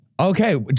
Okay